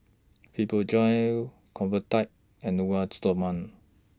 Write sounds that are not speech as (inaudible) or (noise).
Fibogel Convatec and (unintelligible) Stoma